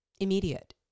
Immediate